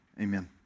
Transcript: amen